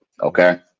Okay